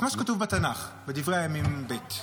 כמו שכתוב בתנ"ך, בדברי הימים ב'.